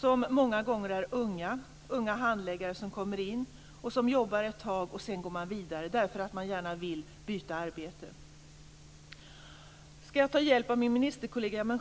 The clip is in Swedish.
Det är många gånger unga handläggare som kommer in och som jobbar ett tag och sedan går vidare därför att de gärna vill byta arbete. Självklart ska jag ta hjälp av min ministerkollega.